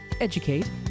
educate